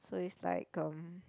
so is like um